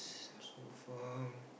so far